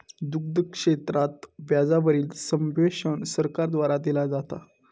दुग्ध क्षेत्रात व्याजा वरील सब्वेंशन सरकार द्वारा दिला जाता